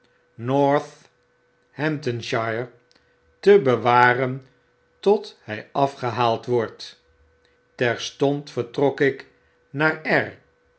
te bewaren tot hy afgehaald wordt dadelyk ging ik naar b